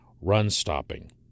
run-stopping